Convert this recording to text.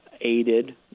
aided